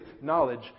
knowledge